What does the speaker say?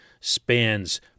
spans